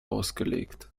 ausgelegt